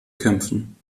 kämpfen